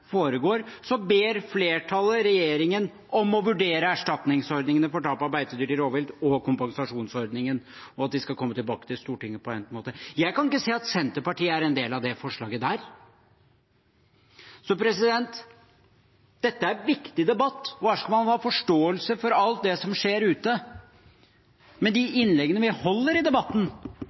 ber flertallet regjeringen om å vurdere erstatningsordningene for tap av beitedyr til rovvilt og kompensasjonsordningen og om å komme tilbake til Stortinget på egnet måte. Jeg kan ikke se at Senterpartiet er en del av det forslaget. Dette er en viktig debatt, og her skal man ha forståelse for alt det som skjer ute. Men de innleggene vi holder i debatten,